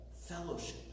fellowship